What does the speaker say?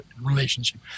relationship